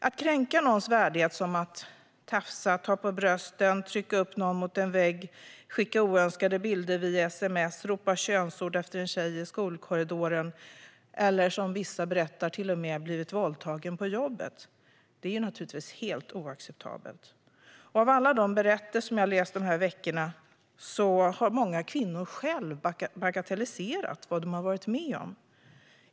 Att kränka någons värdighet genom att till exempel tafsa, ta på brösten, trycka upp någon mot en vägg, skicka oönskade bilder via sms, ropa könsord efter en tjej i skolkorridoren eller till och med våldta någon på jobbet, som vissa berättar, är naturligtvis helt oacceptabelt. Av alla de berättelser jag läst de här veckorna drar jag slutsatsen att många kvinnor själva först har bagatelliserat vad de har varit med om.